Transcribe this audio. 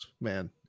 man